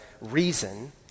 reason